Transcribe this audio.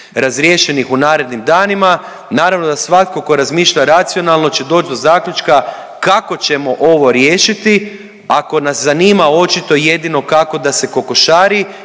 razriješenih u narednim danima. Naravno da svatko tko razmišlja racionalno će doć do zaključka kako ćemo ovo riješiti ako nas zanima očito i jedino kako da se kokošari